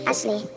Ashley